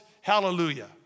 hallelujah